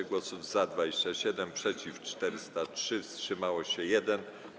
Za było 27, przeciw - 403, wstrzymał się 1.